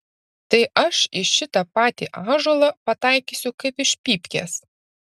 tai aš į šitą patį ąžuolą pataikysiu kaip iš pypkės